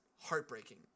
heartbreaking